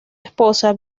esposa